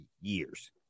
years